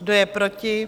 Kdo je proti?